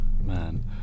man